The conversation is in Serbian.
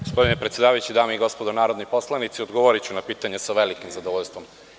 Gospodine predsedavajući, dame i gospodo narodni poslanici, odgovoriću na pitanje sa velikim zadovoljstvom.